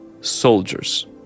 soldiers